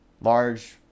large